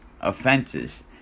offenses